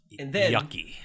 yucky